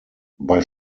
bei